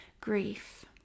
grief